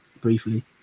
briefly